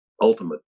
ultimate